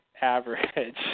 average